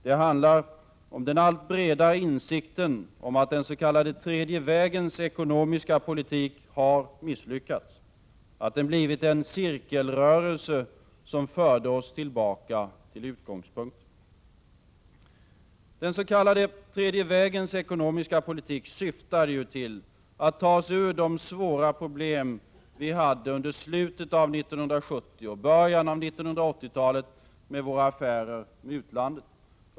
Det handlar om den allt bredare insikten om att den s.k. tredje vägens ekonomiska politik har misslyckats, att den blivit en cirkelrörelse som förde oss tillbaka till utgångspunkten. Den s.k. tredje vägens ekonomiska politik syftar till att ta oss ur de svåra problem som vi hade under slutet av 1970 och början av 1980-talet med våra affärer med utlandet.